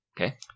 Okay